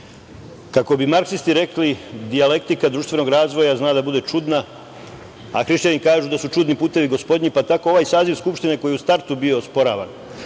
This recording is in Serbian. ušlo. Kako bi marksisti rekli - dijalektika društvenog razvoja zna da bude čudna, a Hrišćani kažu da su čudni putevi gospodnji, pa tako i ovaj saziv Skupštine koji je u startu bio osporavan